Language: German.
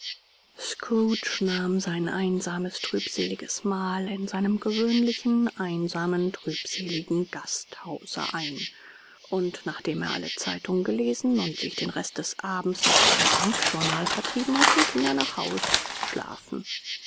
nahm sein einsames trübseliges mahl in seinem gewöhnlichen einsamen trübseligen gasthause ein und nachdem er alle zeitungen gelesen und sich den rest des abends mit seinem bankjournal vertrieben hatte ging er nach haus schlafen